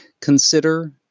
Consider